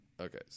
Okay